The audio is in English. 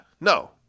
no